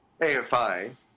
AFI